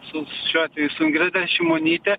su šiuo atveju su ingrida šimonyte